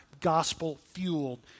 gospel-fueled